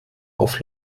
auf